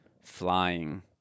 flying